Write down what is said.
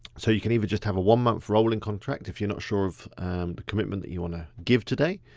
so you can even just have a one month rolling contract if you're not sure of the commitment that you wanna give today.